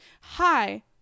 Hi